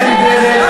אין דרך,